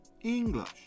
English